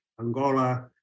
Angola